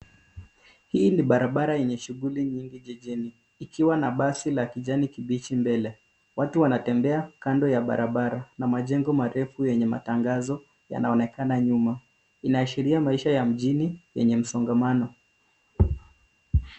Hii ni barabara yenye shughuli nyingi jijini ikiwa na basi la kijani kibichi mbele. Watu wanatembea kando ya barabara na majengo marefu yenye matangazo yanaonekana nyuma inaashiria maisha ya mjini yenye msongamano.